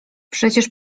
przecież